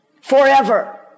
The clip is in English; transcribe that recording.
forever